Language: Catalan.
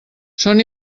són